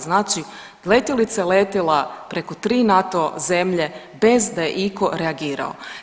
Znači letjelica je letila preko 3 NATO zemlje bez da je itko reagirao.